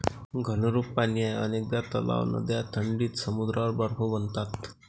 घनरूप पाणी आहे अनेकदा तलाव, नद्या थंडीत समुद्रावर बर्फ बनतात